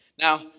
Now